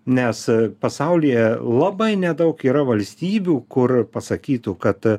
nes pasaulyje labai nedaug yra valstybių kur pasakytų kad